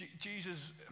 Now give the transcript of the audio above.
Jesus